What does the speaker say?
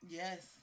yes